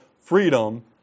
freedom